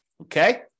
Okay